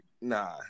Nah